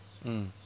mm